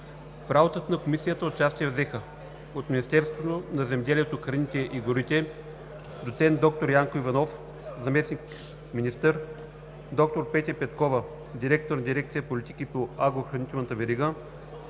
В работата на Комисията участие взеха – от Министерството на земеделието, храните и горите: доцент доктор Янко Иванов – заместник-министър, доктор Петя Петкова – директор на дирекция „Политики по агрохранителната верига“,